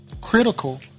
critical